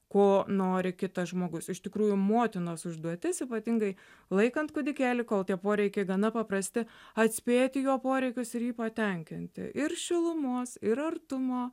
ko nori kitas žmogus iš tikrųjų motinos užduotis ypatingai laikant kūdikėlį kol tie poreikiai gana paprasti atspėti jo poreikius ir jį patenkinti ir šilumos ir artumo